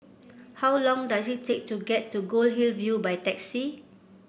how long does it take to get to Goldhill View by taxi